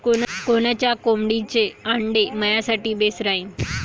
कोनच्या कोंबडीचं आंडे मायासाठी बेस राहीन?